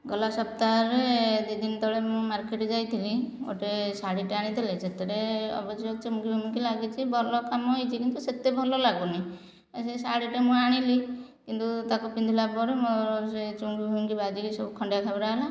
ଗଲା ସପ୍ତାହରେ ଦୁଇ ଦିନ ତଳେ ମୁଁ ମାର୍କେଟ ଯାଇଥିଲି ଗୋଟିଏ ଶାଢ଼ୀଟେ ଆଣିଥିଲେ ସେଥିରେ ଅବଶ୍ୟ ଚୁମକି ଫୁମକି ଲାଗିଛି ଭଲ କାମ ହୋଇଛି କିନ୍ତୁ ସେତେ ଭଲ ଲାଗୁନି ସେ ଶାଢ଼ୀଟା ମୁଁ ଆଣିଲି କିନ୍ତୁ ତାକୁ ପିନ୍ଧିଲା ପରେ ମୋର ସେ ଚୁମକି ଫୁମକି ବାଜିକି ସବୁ ଖଣ୍ଡିଆ ଖାବରା ହେଲା